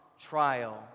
trial